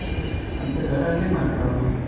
आम आमच्या घरानूय मारतालो